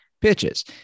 pitches